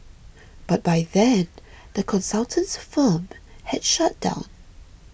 but by then the consultant's firm had shut down